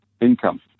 income